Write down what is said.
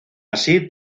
así